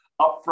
upfront